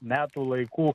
metų laikų